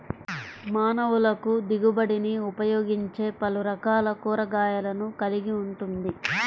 మానవులకుదిగుబడినిఉపయోగించేపలురకాల కూరగాయలను కలిగి ఉంటుంది